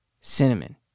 cinnamon